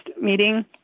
meeting